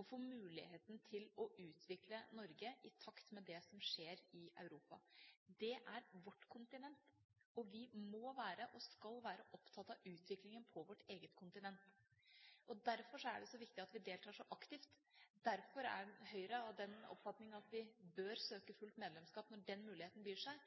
og for muligheten til å utvikle Norge i takt med det som skjer i Europa. Det er vårt kontinent, og vi må være – og skal være – opptatt av utviklingen på vårt eget kontinent. Derfor er det så viktig at vi deltar så aktivt. Derfor er Høyre av den oppfatning at vi bør søke fullt medlemskap når den muligheten byr seg.